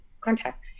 contact